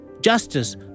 justice